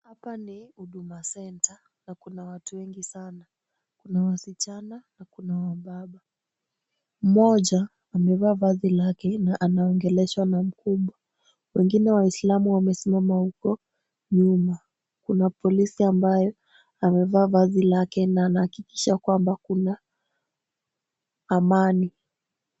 Hapa ni Huduma Center na kuna watu wengi sana. Kuna wasichana na kuna wababa. Mmoja amevaa vazi lake na anaongeleshwa na mkubwa. Wengine waislamu wamesimama huko nyuma. Kuna polisi ambayo amevaa vazi lake na anahakikisha kwamba kuna amani.